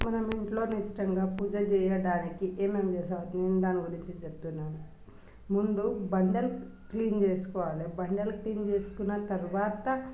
మనం ఇంట్లో నిష్టగా పూజలు చేయడానికి ఏమేమి చేస్తావు అని అడిగిన దాని గురించి చెప్తున్నాను ముందు బండలు క్లీన్ చేసుకోవాలి బండలు క్లీన్ చేసుకున్న తర్వాత